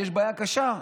ויש בעיה קשה,